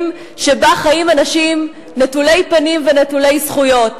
שבה חיים אנשים נטולי פנים ונטולי זכויות.